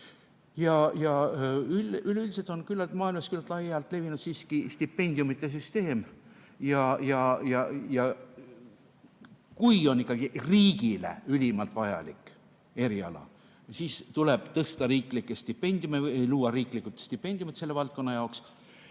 Ja üleüldiselt on maailmas küllalt laialt levinud stipendiumide süsteem. Kui on ikkagi riigile ülimalt vajalik eriala, siis tuleb tõsta riiklikke stipendiume või luua riiklikud stipendiumid selle valdkonna jaoks.